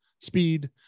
speed